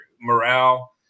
morale